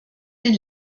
den